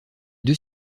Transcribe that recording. deux